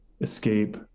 escape